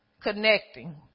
connecting